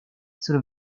sul